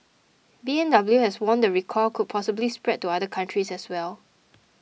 B M W has warned the recall could possibly spread to other countries as well